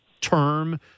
term